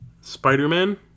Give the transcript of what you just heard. Spider-Man